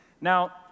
Now